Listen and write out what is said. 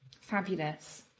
Fabulous